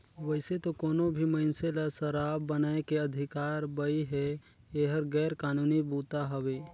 वइसे तो कोनो भी मइनसे ल सराब बनाए के अधिकार बइ हे, एहर गैर कानूनी बूता हवे